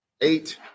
eight